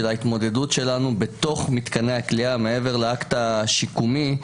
של ההתמודדות שלנו בתוך מתקני הכליאה מעבר לאקט השיקומי.